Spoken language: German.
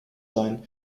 sein